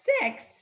six